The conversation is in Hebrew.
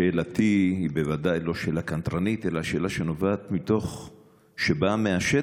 שאלתי היא בוודאי לא שאלה קנטרנית אלא שאלה שנובעת ושבאה מהשטח,